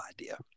idea